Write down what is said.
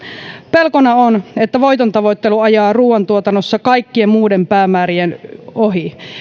pelkona on että voiton tavoittelu ajaa ruuantuotannossa kaikkien muiden päämäärien ohi